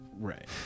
Right